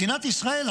מדינת ישראל,